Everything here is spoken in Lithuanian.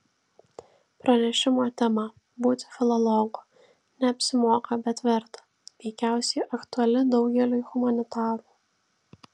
pranešimo tema būti filologu neapsimoka bet verta veikiausiai aktuali daugeliui humanitarų